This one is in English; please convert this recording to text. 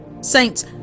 Saints